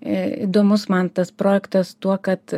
įdomus man tas projektas tuo kad